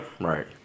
Right